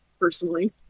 personally